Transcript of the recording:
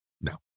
no